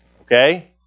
okay